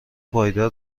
پایدار